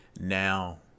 now